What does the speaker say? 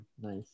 nice